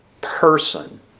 person